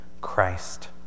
Christ